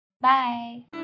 bye